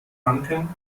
tanken